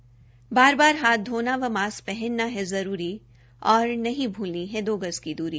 बार बार हाथ धोना व मास्क पहनना है जरूरी और नहीं भूलनी है दो गज की दूरी